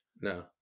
No